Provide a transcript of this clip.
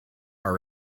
are